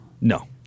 No